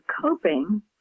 coping